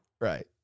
Right